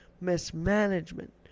mismanagement